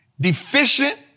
deficient